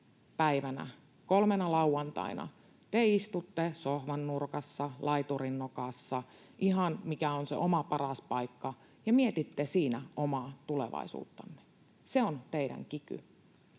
päivänä, kolmena lauantaina, te istutte sohvannurkassa, laiturinnokassa, ihan mikä on se oma paras paikka, ja mietitte siinä omaa tulevaisuuttanne, se on teidän kiky.